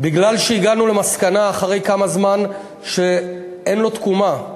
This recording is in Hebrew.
כי הגענו למסקנה, אחרי זמן מה, שאין לו תקומה,